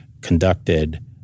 conducted